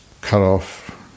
cut-off